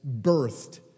birthed